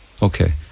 Okay